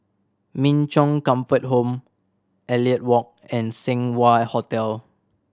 Min Chong Comfort Home Elliot Walk and Seng Wah Hotel